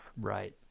Right